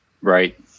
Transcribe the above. Right